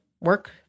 work